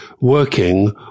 working